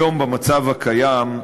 היום, במצב הקיים,